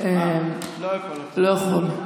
לא יכול.